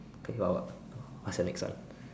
okay what what what is your next one